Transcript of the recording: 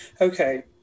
Okay